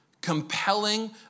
compelling